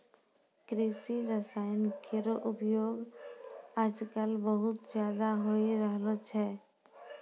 कृषि रसायन केरो उपयोग आजकल बहुत ज़्यादा होय रहलो छै